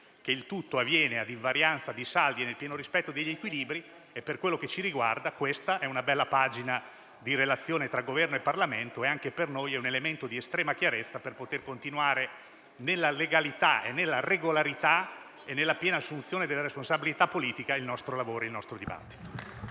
che il tutto avviene ad invarianza di saldi e nel pieno rispetto degli equilibri. Per quello che ci riguarda, questa è una bella pagina di relazione tra Governo e Parlamento e anche per noi è un elemento di estrema chiarezza per poter continuare, nella legalità, nella regolarità e nella piena assoluzione della responsabilità politica, il nostro lavoro e il nostro dibattito.